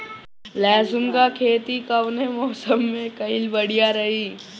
लहसुन क खेती कवने मौसम में कइल बढ़िया रही?